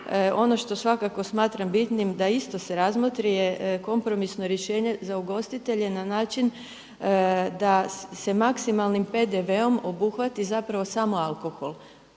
ono što svakako smatram bitnim da isto se razmotri je kompromisno rješenje za ugostitelje na način da se maksimalnim PDV-om obuhvati zapravo samo alkohol